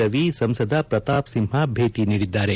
ರವಿಸಂಸದ ಪ್ರತಾಪ್ ಸಿಂಹ ಭೇಟಿ ನೀಡಿದ್ದಾರೆ